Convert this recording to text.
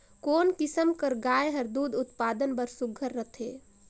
कोन किसम कर गाय हर दूध उत्पादन बर सुघ्घर रथे?